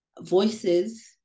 Voices